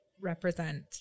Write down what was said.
represent